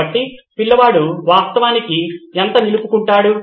కాబట్టి పిల్లవాడు వాస్తవానికి ఎంత నిలుపుకుంటాడు